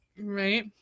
Right